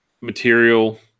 material